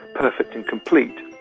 perfect and complete.